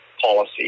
policy